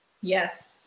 Yes